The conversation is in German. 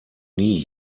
nie